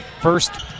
first